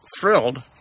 thrilled